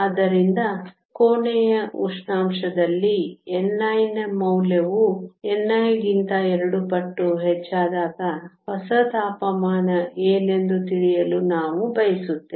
ಆದ್ದರಿಂದ ಕೋಣೆಯ ಉಷ್ಣಾಂಶದಲ್ಲಿ ni ನ ಮೌಲ್ಯವು ni ಗಿಂತ 2 ಪಟ್ಟು ಹೆಚ್ಚಾದಾಗ ಹೊಸ ತಾಪಮಾನ ಏನೆಂದು ತಿಳಿಯಲು ನಾವು ಬಯಸುತ್ತೇವೆ